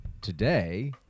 Today